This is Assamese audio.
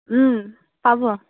ওম পাব